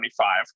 25